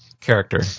character